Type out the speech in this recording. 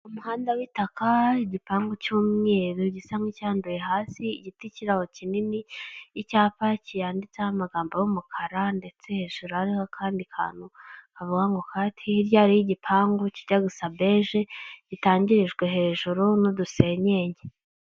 Umuhanda w'itaka, igipangu cy'umweru gisa nk'icyanduye hasi, igiti kiraho kinini icyapa cyanditseho amagambo y'umukara ndetse hejuru hariho akandi kantu kavuga ngo kati hirya hariho igipangu kijya gusa beje gitangirijwe hejuru n'udusenyenge.